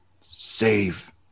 save